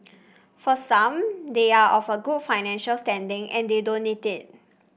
for some they are of a good financial standing and they don't need it